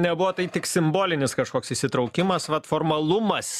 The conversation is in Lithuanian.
nebuvo tai tik simbolinis kažkoks įsitraukimas vat formalumas